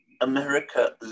America